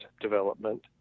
development